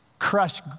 Crush